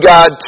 God